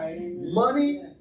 Money